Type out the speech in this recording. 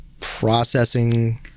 processing